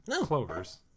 clovers